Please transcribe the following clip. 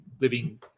living